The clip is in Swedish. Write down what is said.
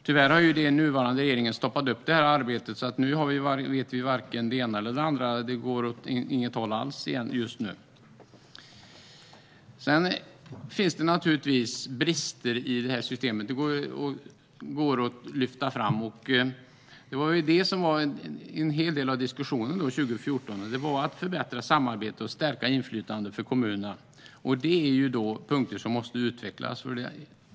Tyvärr har nuvarande regering stoppat detta arbete, så det går inte åt något håll alls just nu. Naturligtvis finns det brister i det här systemet som går att lyfta fram. En hel del av det som diskuterades 2014 var att förbättra samarbetet och stärka inflytandet för kommunerna. Detta är punkter som måste utvecklas.